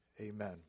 Amen